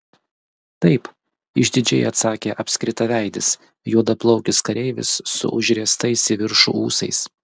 taip išdidžiai atsakė apskritaveidis juodaplaukis kareivis su užriestais į viršų ūsais